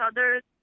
other's